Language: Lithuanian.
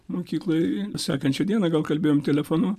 mokykloj sekančią dieną gal kalbėjom telefonu